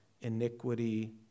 iniquity